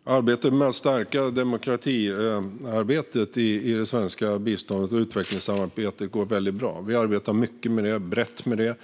Fru talman! När det gäller att stärka demokratiarbetet i det svenska bistånds och utvecklingssamarbetet går det väldigt bra. Vi arbetar mycket och brett med detta.